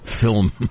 film